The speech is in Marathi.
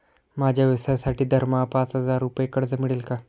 माझ्या व्यवसायासाठी दरमहा पाच हजार रुपये कर्ज मिळेल का?